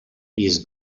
jest